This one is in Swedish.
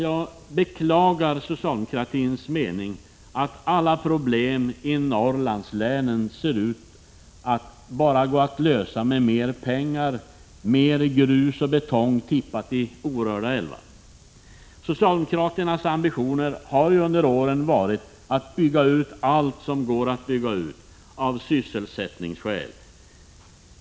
Jag beklagar socialdemokraternas mening att alla problem i Norrlandslänen bara går att lösa med mer pengar, mer grus och betong tippat i orörda älvar. Socialdemokraternas ambitioner har ju under åren varit att bygga ut allt som går att bygga ut — av sysselsättningsskäl.